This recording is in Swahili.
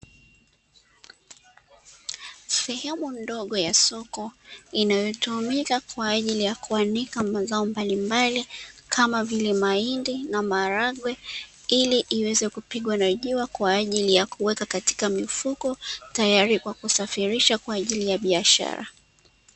Sehemu ndogo ya soko inayotumika kwa ajili ya kuanika mazao mbalimbali kama vile mahindi na maharage, ili iweze kupigwa jua kwa ajili kuweka katika mifuko tayari kwa kusafirisha kwa ajili ya biashara.